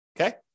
okay